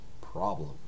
problem